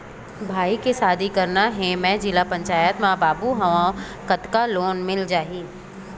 भाई के शादी करना हे मैं जिला पंचायत मा बाबू हाव कतका लोन मिल जाही?